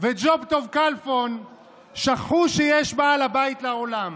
וג'וב טוב כלפון שכחו שיש בעל הבית לעולם.